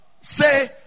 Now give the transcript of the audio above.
say